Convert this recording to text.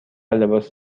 لباس